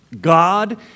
God